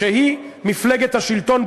שהיא מפלגת השלטון,